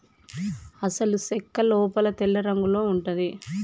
అసలు సెక్క లోపల తెల్లరంగులో ఉంటది